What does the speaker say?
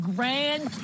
Grand